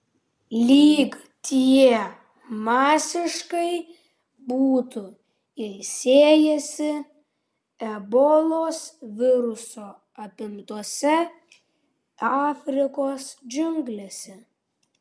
lyg tie masiškai būtų ilsėjęsi ebolos viruso apimtose afrikos džiunglėse